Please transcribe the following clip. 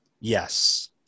Yes